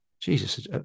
Jesus